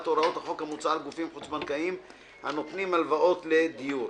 הוראות החוק המוצע על גופים חוץ בנקאיים הנותנים הלוואות לדיור.